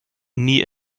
nie